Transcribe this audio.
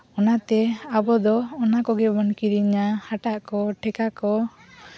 ᱚᱱᱟᱛᱮ ᱟᱵᱚᱫᱚ ᱚᱱᱟ ᱠᱚᱜᱮ ᱵᱚᱱ ᱠᱤᱨᱤᱧᱟ ᱦᱟᱴᱟᱜ ᱠᱚ ᱴᱷᱮᱠᱟ ᱠᱚ